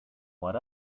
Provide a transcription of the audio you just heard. what